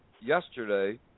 yesterday